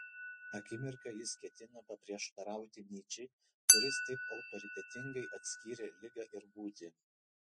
akimirką jis ketino paprieštarauti nyčei kuris taip autoritetingai atskyrė ligą ir būtį